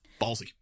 Ballsy